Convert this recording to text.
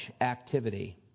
activity